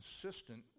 consistent